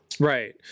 Right